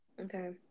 Okay